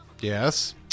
Yes